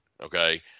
Okay